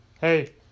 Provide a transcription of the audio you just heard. hey